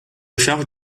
charge